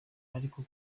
ariko